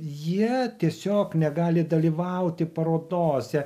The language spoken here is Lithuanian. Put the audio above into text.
jie tiesiog negali dalyvauti parodose